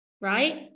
right